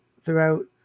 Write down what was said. throughout